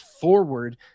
forward